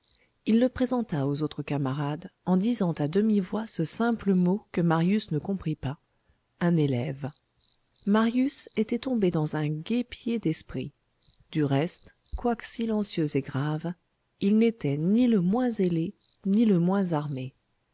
il le présenta aux autres camarades en disant à demi-voix ce simple moi que marius ne comprit pas un élève marius était tombé dans un guêpier d'esprits du reste quoique silencieux et grave il n'était ni le moins ailé ni le moins armé